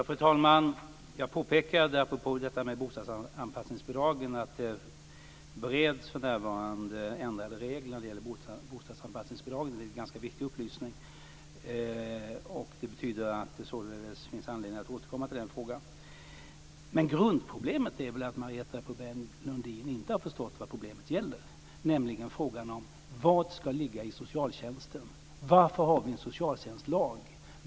Fru talman! Jag påpekar apropå bostadsanpassningsbidragen att förslag om ändrade regler för närvarande bereds. Det är en ganska viktig upplysning. Det betyder att det således finns anledning att återkomma till den frågan. Grundproblemet är att Marietta de Pourbaix Lundin inte har förstått vad problemet gäller, nämligen frågan om vad som ska ligga i socialtjänsten. Varför har vi en socialtjänstlag?